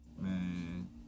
Man